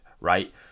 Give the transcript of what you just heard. right